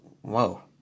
Whoa